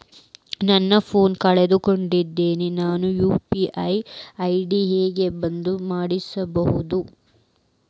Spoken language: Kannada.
ನನ್ನ ಫೋನ್ ಕಳಕೊಂಡೆನ್ರೇ ನನ್ ಯು.ಪಿ.ಐ ಐ.ಡಿ ಹೆಂಗ್ ಬಂದ್ ಮಾಡ್ಸೋದು?